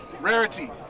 Rarity